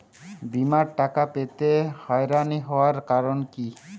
বিমার টাকা পেতে হয়রানি হওয়ার কারণ কি?